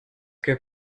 que